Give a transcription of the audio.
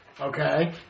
Okay